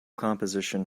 composition